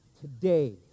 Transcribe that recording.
today